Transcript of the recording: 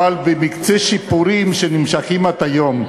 אבל במקצה שיפורים שנמשך עד היום.